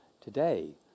today